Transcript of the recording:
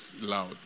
loud